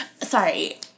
sorry